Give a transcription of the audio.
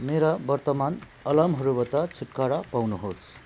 मेरा वर्तमान अलार्महरूबाट छुटकारा पाउनु होस्